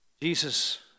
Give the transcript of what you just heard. Jesus